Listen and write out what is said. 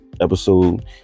episode